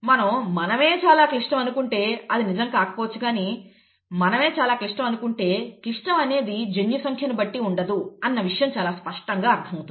మనం మనమే చాలా క్లిష్టం అనుకుంటే అది నిజం కాకపోవచ్చు కానీ మనమే చాలా క్లిష్టం అనుకుంటే క్లిష్టం అనేది జన్యు సంఖ్యను బట్టి ఉండదు అన్న విషయం చాలా స్పష్టంగా అర్థమవుతుంది